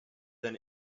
than